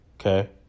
Okay